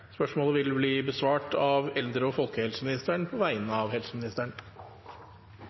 vil bli besvart av eldre- og folkehelseministeren på vegne av helseministeren,